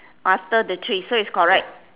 after the three so is correct